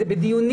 זה בדיונים.